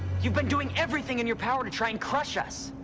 you've been doing everything in your power to try and crush us!